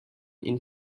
این